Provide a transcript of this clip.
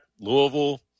Louisville